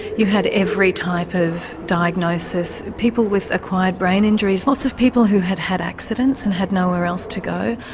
you had every type of diagnosis people with acquired brain injuries, lots of people who had had accidents and had nowhere else to go,